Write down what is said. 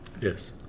Yes